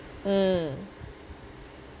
mm